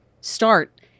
start